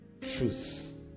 truth